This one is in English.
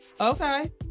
okay